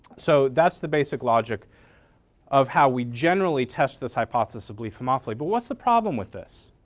so that's the basic logic of how we generally test this hypothesis belief homophily, but what's the problem with this?